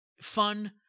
fun